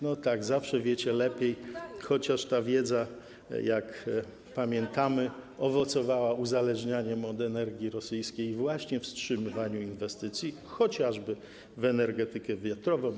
No tak, zawsze wiecie lepiej, chociaż ta wiedza, jak pamiętamy, owocowała uzależnianiem od energii rosyjskiej i wstrzymywaniem inwestycji chociażby w energetykę wiatrową.